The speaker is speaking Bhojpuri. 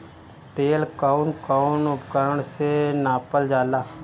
तेल कउन कउन उपकरण से नापल जाला?